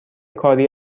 کاری